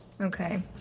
Okay